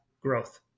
growth